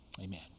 Amen